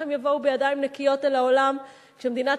ואיך הם יבואו בידיים נקיות אל העולם כשמדינת